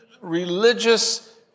religious